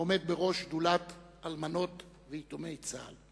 העומד בראש שדולת אלמנות ויתומי צה"ל.